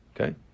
okay